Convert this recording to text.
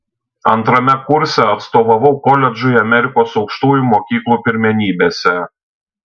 antrame kurse atstovavau koledžui amerikos aukštųjų mokyklų pirmenybėse